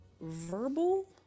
verbal